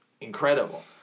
incredible